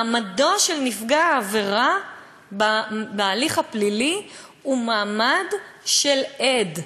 מעמדו של נפגע העבירה בהליך הפלילי הוא מעמד של עד.